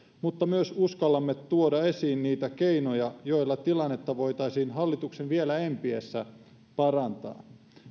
mutta myös uskallamme tuoda esiin niitä keinoja joilla tilannetta voitaisiin hallituksen vielä empiessä parantaa